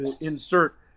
insert